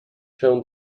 shown